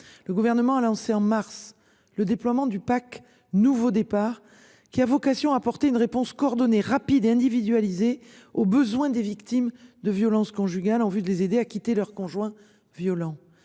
Le gouvernement a lancé en mars le déploiement du Pack nouveau départ qui a vocation à apporter une réponse coordonnée rapide et individualisé aux besoins des victimes de violences conjugales en vue de les aider à quitter leur conjoint violent.